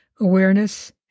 awareness